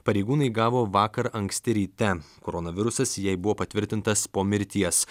pareigūnai gavo vakar anksti ryte koronavirusas jai buvo patvirtintas po mirties